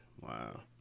Wow